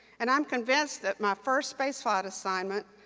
and i'm convinced that my first space flight assignment,